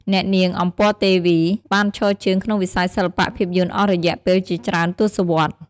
អ្នកនាង អម្ពរ ទេវី បានឈរជើងក្នុងវិស័យសិល្បៈភាពយន្តអស់រយៈពេលជាច្រើនទសវត្សរ៍។